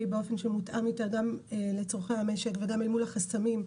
באופן שמותאם יותר גם לצורכי המשק וגם אל מול החסמים,